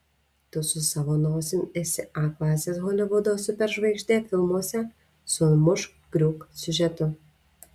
tu su savo nosim esi a klasės holivudo superžvaigždė filmuose su mušk griūk siužetu